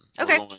Okay